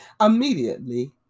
Immediately